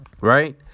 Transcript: right